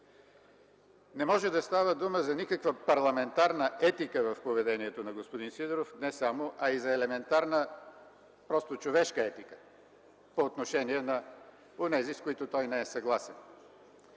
Не може да става дума за никаква парламентарна етика в поведението на господин Сидеров – не само, а и за елементарна просто човешка етика по отношение на онези, с които той не е съгласен.